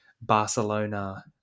barcelona